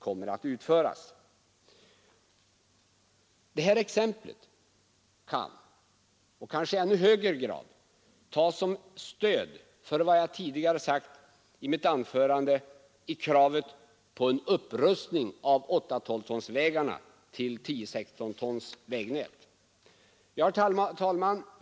Detta exempel kan kanske i ännu högre grad tas som stöd för vad jag tidigare sagt i mitt anförande om kravet på en upprustning av 8 16 tons vägnät. Herr talman!